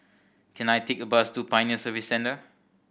can I take a bus to Pioneer Service Centre